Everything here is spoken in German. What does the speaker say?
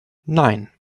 nein